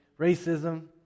Racism